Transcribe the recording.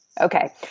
Okay